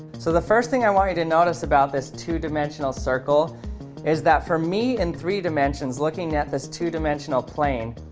so the first thing i want you to notice about this two-dimensional circle is that for me in and three dimensions looking at this two-dimensional plane?